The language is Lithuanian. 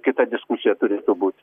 kita diskusija turėtų būt